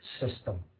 system